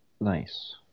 Nice